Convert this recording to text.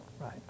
right